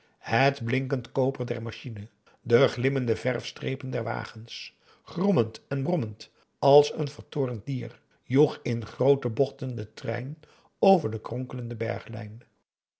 het blinkend koper der machine de glimmende verfstrepen der wagens grommend en brommend als een vertoornd dier joeg in groote bochten de trein over de kronkelende berglijn